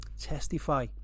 testify